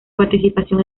participación